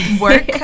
work